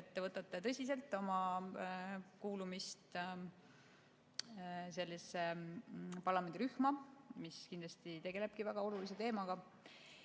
et te võtate tõsiselt oma kuulumist sellesse parlamendirühma, mis kindlasti tegeleb väga olulise teemaga.